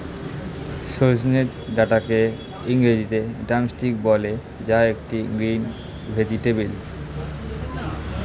সজনে ডাটাকে ইংরেজিতে ড্রামস্টিক বলে যা একটি গ্রিন ভেজেটাবেল